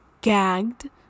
gagged